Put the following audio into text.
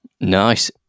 Nice